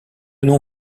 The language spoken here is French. non